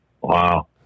Wow